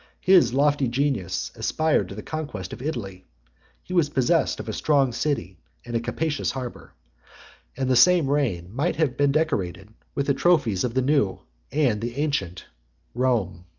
his lofty genius aspired to the conquest of italy he was possessed of a strong city and a capacious harbor and the same reign might have been decorated with the trophies of the new and the ancient rome.